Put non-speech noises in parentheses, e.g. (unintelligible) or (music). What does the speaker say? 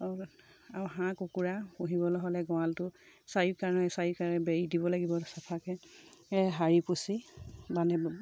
আৰু হাঁহ কুকুৰা পুহিবলৈ হ'লে গঁৰালটো চাৰিও কাণে চাৰিও কাণে বেৰি দিব লাগিব চফাকৈ সাৰি পুচি (unintelligible)